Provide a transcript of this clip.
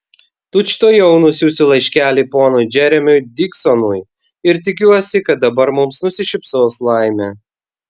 tučtuojau nusiųsiu laiškelį ponui džeremiui diksonui ir tikiuosi kad dabar mums nusišypsos laimė